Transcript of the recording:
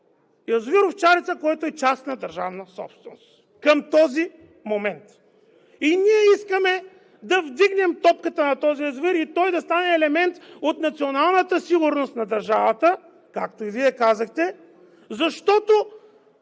язовир „Овчарица“, който е частна държавна собственост към този момент? И ние искаме да вдигнем топката на този язовир и той да стане елемент от националната сигурност на държавата, както и Вие казахте, защото